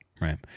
right